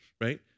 right